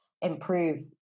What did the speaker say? improve